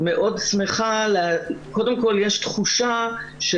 יש תחושה,